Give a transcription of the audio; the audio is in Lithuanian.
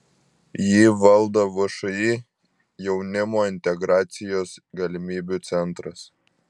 jį valdo všį jaunimo integracijos galimybių centras